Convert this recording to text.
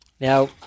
Now